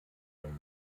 den